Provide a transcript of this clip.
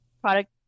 product